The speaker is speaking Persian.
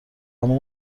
اما